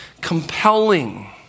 compelling